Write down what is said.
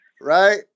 right